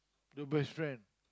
your best friend